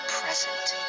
present